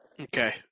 Okay